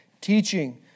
teaching